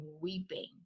weeping